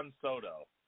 Soto